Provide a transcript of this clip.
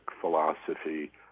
philosophy